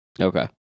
Okay